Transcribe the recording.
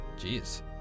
Jeez